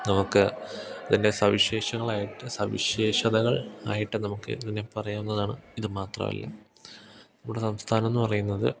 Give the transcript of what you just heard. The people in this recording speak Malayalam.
നമുക്ക് അതിൻ്റെ സവിശേഷങ്ങളായിട്ട് സവിശേഷതകൾ ആയിട്ട് നമുക്ക് ഇതിനെ പറയാവുന്നതാണ് ഇത് മാത്രവല്ല നമ്മുടെ സംസ്ഥാനം എന്ന് പറയുന്നത്